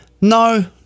no